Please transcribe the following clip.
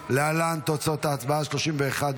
לוועדה את הצעת